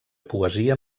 poesia